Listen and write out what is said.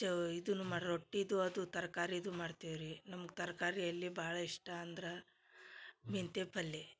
ಚೋ ಇದುನು ಮಾ ರೊಟ್ಟಿದು ಅದು ತರಕಾರಿದು ಮಾಡ್ತೇವೆ ರೀ ನಮ್ಗ ತರಕಾರಿಯಲ್ಲಿ ಭಾಳ ಇಷ್ಟ ಅಂದ್ರ ಮೆಂತೆ ಪಲ್ಯೆ